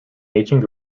ancient